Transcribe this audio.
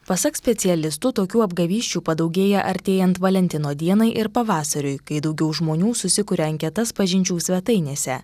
pasak specialistų tokių apgavysčių padaugėja artėjant valentino dienai ir pavasariui kai daugiau žmonių susikuria anketas pažinčių svetainėse